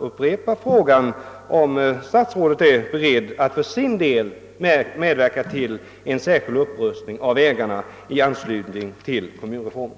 upprepar därför min fråga, om statsrådet för sin del är beredd att medverka till en särskild upprustning av vägarna i anslutning till kommunreformen.